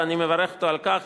ואני מברך אותו על כך,